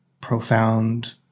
profound